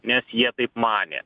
nes jie taip manė